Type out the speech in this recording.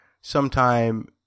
sometime